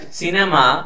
cinema